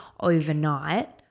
overnight